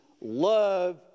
love